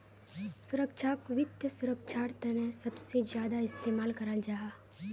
सुरक्षाक वित्त सुरक्षार तने सबसे ज्यादा इस्तेमाल कराल जाहा